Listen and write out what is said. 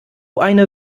eine